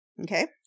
Okay